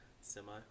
Semi